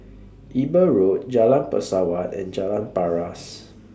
Eber Road Jalan Pesawat and Jalan Paras